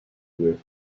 with